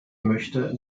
möchte